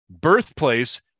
birthplace